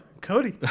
Cody